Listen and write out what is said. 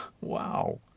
Wow